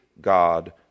God